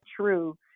true